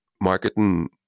marketing